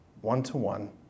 one-to-one